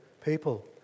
people